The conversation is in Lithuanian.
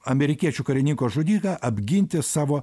amerikiečių karininko žudiką apginti savo